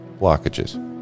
blockages